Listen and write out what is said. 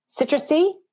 citrusy